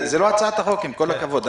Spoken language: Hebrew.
זו לא הצעת החוק, עם כל הכבוד.